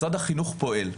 משרד החינוך פועל.